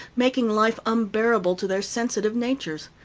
making life unbearable to their sensitive natures.